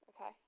Okay